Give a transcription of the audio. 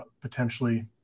potentially